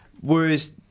Whereas